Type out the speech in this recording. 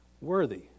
worthy